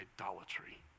idolatry